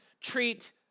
treat